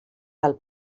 del